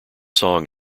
song